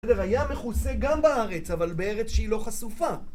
היה מחוסה גם בארץ, אבל בארץ שהיא לא חשופה